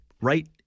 right